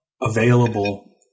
available